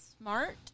smart